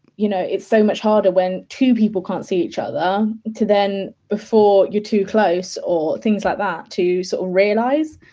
you know it's so much harder when two people can't see each other to then before your too close or things like that to so sort